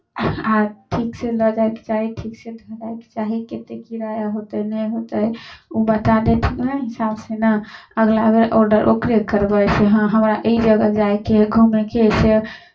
आर ठीकसँ लऽ जायके चाही ठीकसँ धऽ जायके चाही कतेक किराया होतै नहि होतै ओ बता देथिन उएह हिसाबसँ ने अगिला बेर आर्डर ओकरे करबै से हँ हमरा एहि जगह जायके हए घूमयके से